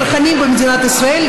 צרכנים במדינת ישראל,